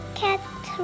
cat